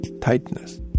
tightness